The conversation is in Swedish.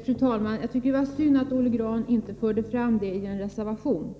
Fru talman! Det var synd att Olle Grahn inte förde fram sin synpunkt i en reservation.